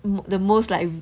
I'm the most like